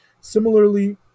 Similarly